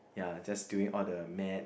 ya just doing all the Maths